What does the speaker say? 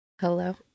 Hello